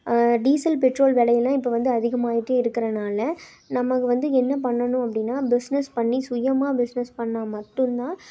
diesel petrol வெலைலாம் இப்போ வந்து அதிகமாயிட்டே இருக்குறதுனால நம்ம அதுக்கு வந்து என்ன பண்ணணும் அப்படினா பிஸ்னஸ் பண்ணி சுயமாக பிஸ்னஸ் பண்ணால் மட்டும் தான்